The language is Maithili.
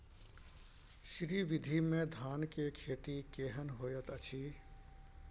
श्री विधी में धान के खेती केहन होयत अछि?